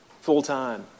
full-time